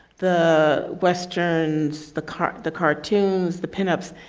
the westerns, the cart, the cartoons, the pin-ups.